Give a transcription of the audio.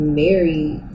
married